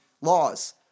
laws